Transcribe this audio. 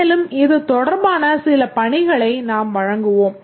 மேலும் இது தொடர்பான சில பணிகளை நாம் வழங்குவோம்